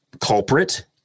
culprit